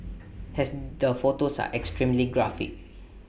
has the photos are extremely graphic